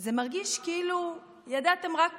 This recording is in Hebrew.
זה מרגיש כאילו ידעתם רק